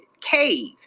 cave